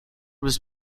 was